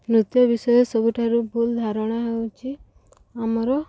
ନୃତ୍ୟ ବିଷୟରେ ସବୁଠାରୁ ଭୁଲ ଧାରଣା ହେଉଛି ଆମର